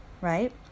right